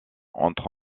entre